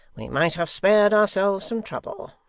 we might have spared ourselves some trouble.